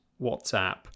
WhatsApp